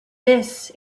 this